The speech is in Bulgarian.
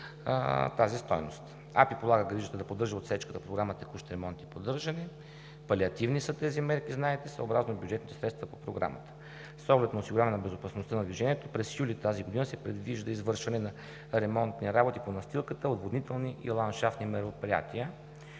инфраструктура“ полага грижата да поддържа отсечката по Програма „Текущ ремонт и поддържане“, палиативни са тези мерки – знаете, съобразно бюджетните средства по Програмата. С оглед осигуряване безопасността на движението през юли тази година се предвижда извършване на ремонтни работи по настилката, отводнителни и ландшафтни мероприятия,